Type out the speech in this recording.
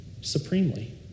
supremely